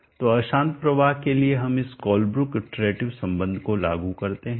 तो अशांत प्रवाह के लिए हम इस कोलेब्रुक इटरेटिव संबंध को लागू करते हैं